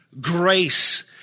grace